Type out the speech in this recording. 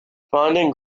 finding